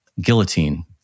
guillotine